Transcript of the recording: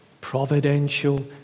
providential